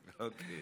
אוקיי, אוקיי.